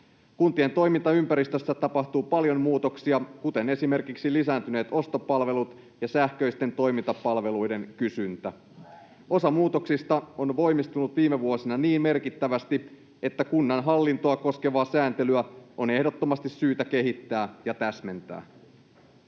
Kuntien toimintaympäristössä tapahtuu paljon muutoksia, kuten esimerkiksi ostopalveluiden ja sähköisten toimintapalveluiden kysynnän lisääntyminen. Osa muutoksista on voimistunut viime vuosina niin merkittävästi, että kunnan hallintoa koskevaa sääntelyä on ehdottomasti syytä kehittää ja täsmentää.